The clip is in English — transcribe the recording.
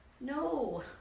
No